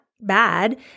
bad